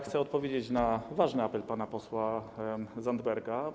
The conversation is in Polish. Chcę odpowiedzieć na ważny apel pana posła Zandberga.